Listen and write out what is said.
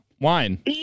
wine